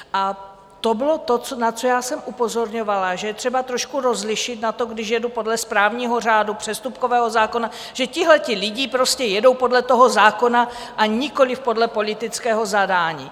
A to bylo to, na co jsem upozorňovala, že je třeba trošku rozlišit na to, když jedu podle správního řádu, přestupkového zákona, že tihle lidé prostě jedou podle toho zákona, a nikoliv podle politického zadání.